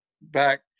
back